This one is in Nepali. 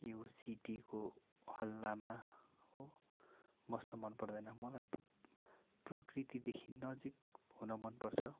यो सिटीको हल्लामा हो बस्न मनपर्दैन मलाई प्रकृतिदेखि नजिक हुन मनपर्छ